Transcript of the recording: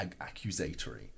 accusatory